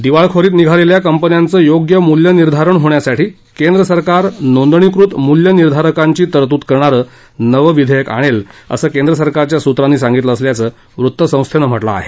दिवाळखोरीत निघालेल्या कंपन्यांचं योग्य मूल्य निर्धारण होण्यासाठी केंद्र सरकार नोंदणीकृत मूल्यनिर्धारकांची तरतूद करणारं नवं विधेयक आणलं असं केंद्र सरकारच्या सूत्रांनी सांगितलं असल्याचं वृत्तसंस्थेन म्हटलं आहे